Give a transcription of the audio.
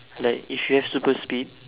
like if you have super speed